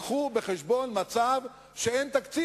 הביאו בחשבון מצב שאין תקציב,